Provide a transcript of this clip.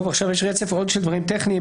יש עכשיו רצף נוסף של דברים טכניים.